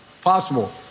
possible